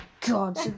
God